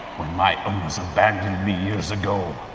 when my owners abandoned me years ago,